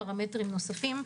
יש לנו 15 ריצופים,